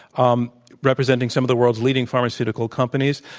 um representing some of the world's leading pharmaceutical companies.